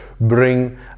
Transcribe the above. bring